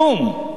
כלום.